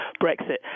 Brexit